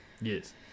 Yes